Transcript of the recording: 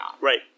Right